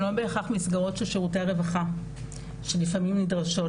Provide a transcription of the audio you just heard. לא בהכרח מסגרות של שירותי הרווחה שהן לפעמים נדרשות,